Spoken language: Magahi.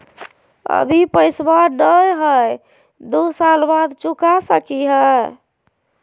अभि पैसबा नय हय, दू साल बाद चुका सकी हय?